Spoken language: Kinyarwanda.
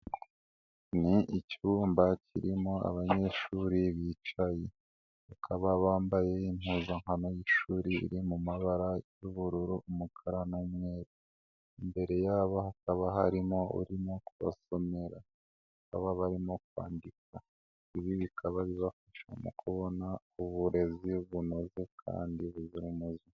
Ni icyumba kirimo abanyeshuri bicaye bakaba bambaye impuzankano y'ishuri iri mu mabara y'ubururu, umukara n'umweru, imbere yabo hakaba harimo urimo kubasomera nabo barimo kwandika, ibi bikaba bibafasha mu kubona uburezi bunoze kandi buza umuze.